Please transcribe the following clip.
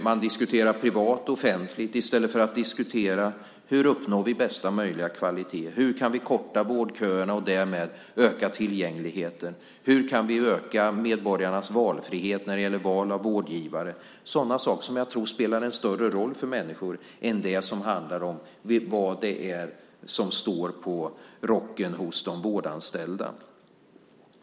Man diskuterar privat och offentligt i stället för att diskutera hur vi uppnår bästa möjliga kvalitet, hur vi kan korta vårdköerna och därmed öka tillgängligheten och hur vi kan öka medborgarnas frihet när det gäller valet av vårdgivare. Jag tror att sådana saker spelar en större roll för människor än vad som står på de vårdanställdas rockar.